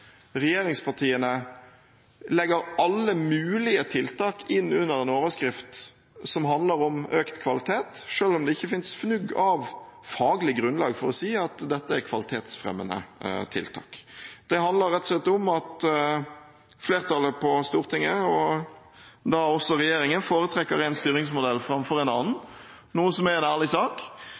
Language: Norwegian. regjeringspartiene legger alle mulige tiltak inn under en overskrift som handler om økt kvalitet, selv om det ikke finnes fnugg av faglig grunnlag for å si at dette er kvalitetsfremmende tiltak. Det handler rett og slett om at flertallet på Stortinget, og da også regjeringen, foretrekker en styringsmodell framfor en annen – noe som er en ærlig sak